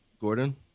Gordon